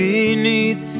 Beneath